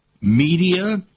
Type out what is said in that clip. media